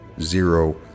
zero